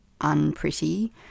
unpretty